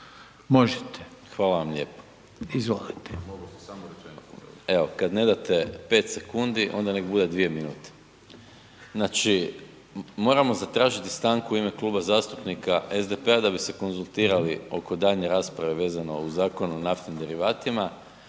Možete./... Hvala vam lijepo. .../Upadica: Izvolite./... Evo, kad ne date 5 sekundi, onda neka bude 2 minute. Znači, moramo zatražiti stanku u ime Kluba zastupnika SDP-a da bi se konzultirali oko daljnje rasprave vezano uz Zakon o naftnim derivatima